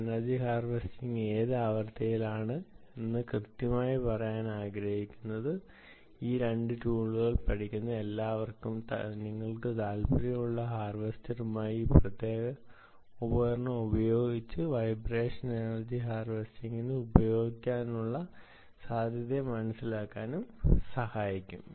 energy harvesting ഏത് ആവൃത്തിയിലാണ് ഈ 2 ടൂളുകൾ പഠിക്കുന്ന എല്ലാവർക്കുമായി ഈ പ്രത്യേക ഉപകരണം വൈബ്രേഷൻ എനർജി ഹാർവെസ്റ്റിംഗിന് ഉപയോഗിക്കുന്നതിനുള്ള സാധ്യതയെ മനസിലാക്കാൻ സഹായിക്കും